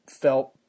felt